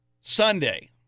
Sunday